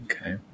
Okay